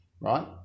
right